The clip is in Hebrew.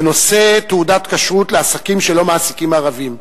בנושא: תעודת כשרות לעסקים שלא מעסיקים ערבים.